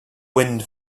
wind